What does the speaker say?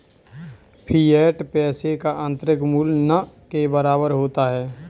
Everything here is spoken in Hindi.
फ़िएट पैसे का आंतरिक मूल्य न के बराबर होता है